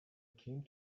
came